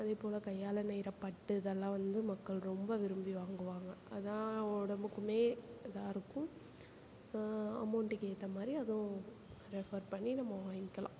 அதேபோல் கையால் நெய்கிற பட்டு இதெல்லாம் வந்து மக்கள் ரொம்ப விரும்பி வாங்குவாங்க அதான் உடம்புக்குமே இதாக இருக்கும் அமௌண்டுக்கு ஏற்ற மாதிரி அது ரெஃபர் பண்ணி நம்ம வாங்கிக்கலாம்